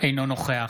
אינו נוכח